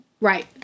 Right